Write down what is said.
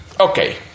okay